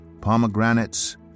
pomegranates